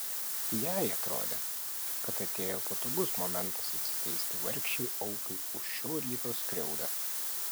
jai atrodė kad atėjo patogus momentas atsiteisti vargšei aukai už šio ryto skriaudą